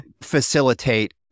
facilitate